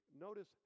Notice